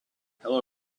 hello